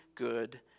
Good